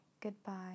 goodbye